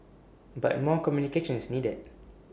but more communication is needed